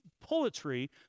poetry